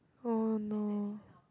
oh no